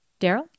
daryl